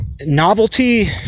novelty